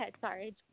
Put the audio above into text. Sorry